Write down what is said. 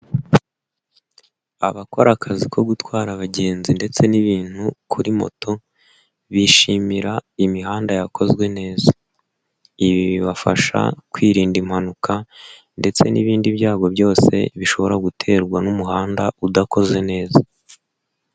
Abakora akazi ko gutwara abagenzi ndetse n'ibintu kuri moto, bishimira imihanda yakozwe neza, ibi bibafasha kwirinda impanuka ndetse n'ibindi byago byose bishobora guterwa n'umuhanda udakoze neza.